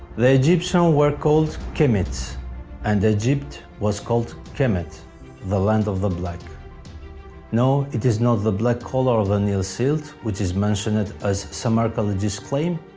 the egyptians were called kemits and egypt was called kemet the land of the black no, it is not the black color of the nile silt which is mentioned as some archaeologists claim,